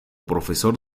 profesor